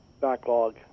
backlog